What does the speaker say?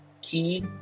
key